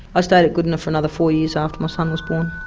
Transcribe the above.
ah stayed at goodna for another four years after my son was born.